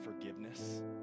forgiveness